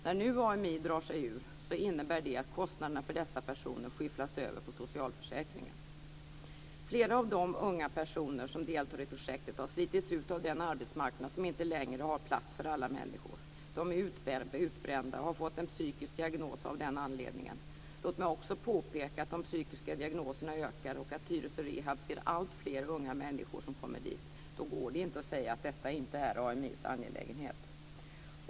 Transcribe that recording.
Att AMI nu drar sig ur innebär att kostnaderna för dessa personer skyfflas över på socialförsäkringen. Flera av de unga personer som deltar i projektet har slitits ut av den arbetsmarknad om inte längre har plats för alla människor. De är utbrända och har fått en psykisk diagnos av den anledningen. Låt mig också påpeka att de psykiska diagnoserna ökar och att Tyresö Rehab ser alltfler unga människor som kommer dit. Då går det inte att säga att detta inte är AMI:s angelägenhet.